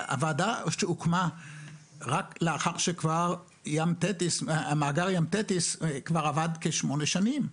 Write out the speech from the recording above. הוועדה כשהוקמה זה היה רק לאחר שמאגר ים תטיס עבד כבר כשמונה שנים.